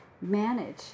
manage